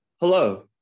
Hello